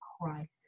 Christ